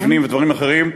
מבנים ודברים אחרים.